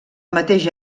mateix